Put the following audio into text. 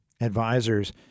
advisors